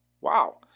Wow